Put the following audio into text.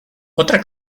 otra